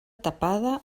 tapada